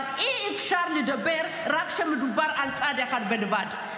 אבל אי-אפשר לדבר רק כשמדובר בצד אחד בלבד.